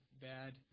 bad